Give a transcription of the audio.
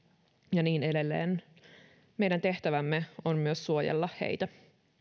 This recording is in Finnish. ja niin edelleen meidän tehtävämme on myös suojella heitä